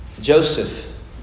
Joseph